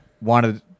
wanted